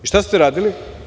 I šta ste uradili?